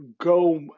go